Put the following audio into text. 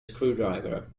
screwdriver